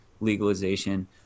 legalization